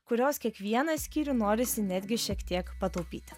kurios kiekvieną skyrių norisi netgi šiek tiek pataupyti